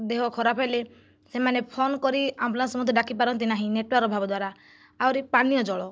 ଦେହ ଖରାପ ହେଲେ ସେମାନେ ଫୋନ କରି ଆମ୍ବୁଲାନ୍ସ ମଧ୍ୟ ଡାକି ପାରନ୍ତି ନାହିଁ ନେଟୱାର୍କ ଅଭାବ ଦ୍ଵାରା ଆହୁରି ପାନୀୟ ଜଳ